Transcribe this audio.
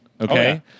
okay